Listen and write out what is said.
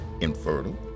infertile